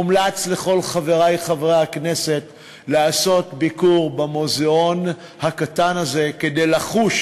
מומלץ לכל חברי חברי הכנסת לבקר במוזיאון הקטן הזה כדי לחוש